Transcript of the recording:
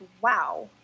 wow